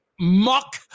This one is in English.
muck